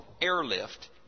airlift